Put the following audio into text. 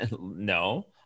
No